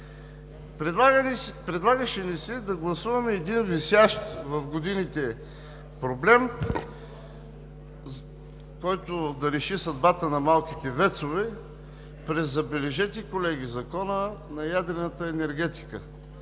Предлагаше ни се да гласуваме един висящ в годините проблем, който да реши съдбата на малките ВЕЦ-ове през, забележете, колеги, Закона за ядрената енергетика.